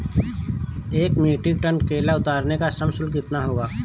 एक metric ton केला उतारने का श्रम शुल्क कितना होगा?